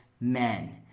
men